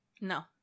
No